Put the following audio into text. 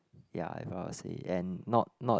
ya I'm proud to say and not not